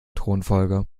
thronfolger